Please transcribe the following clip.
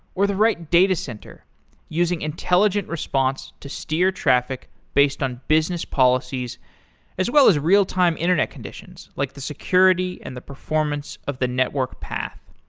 or the right datacenter using intelligent response to steer traffic based on business policies as well as real time internet conditions, like the security and the performance of the network path.